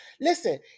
Listen